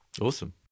Awesome